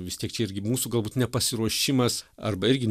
vis tik čia irgi mūsų galbūt nepasiruošimas arba irgi